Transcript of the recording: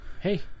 Hey